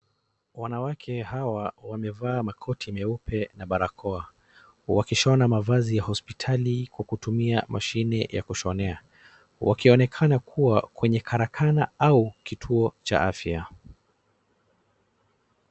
Wanawake hawa wamevaa makoti meupe na barakoa wakishona mavazi ya hosptitali kwa kutumia mashine ya kushonea. Wakionekana kuwa kwenye karakana au kituo cha afya.